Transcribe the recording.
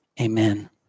amen